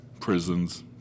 prisons